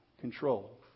control